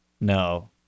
No